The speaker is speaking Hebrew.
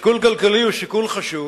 שיקול כלכלי הוא שיקול חשוב,